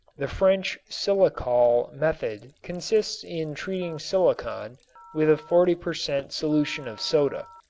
the french silikol method consists in treating silicon with a forty per cent. solution of soda.